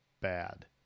bad